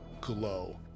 glow